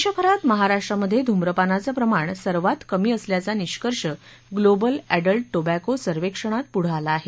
देशभरात महाराष्ट्रामध्ये धूम्रपानाचं प्रमाण सर्वात कमी असल्याचा निष्कर्ष ग्लोबल एडल्ट टॅबॅको सर्वेक्षणात पुढं आला आहे